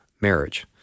marriage